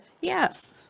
yes